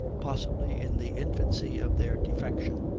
possibly, in the infancy of their defection,